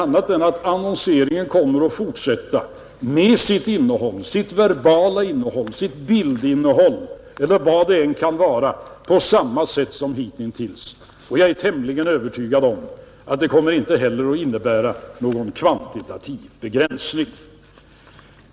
Annonseringen kommer att fortsätta med sitt innehåll — sitt verbala innehåll, sitt bildinnehåll eller vad det än kan vara — på samma sätt som hittills. Jag är tämligen övertygad om att det inte heller kommer att innebära någon kvantitativ begränsning.